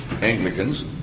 Anglicans